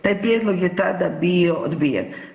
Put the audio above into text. Taj prijedlog je tada bio odbijen.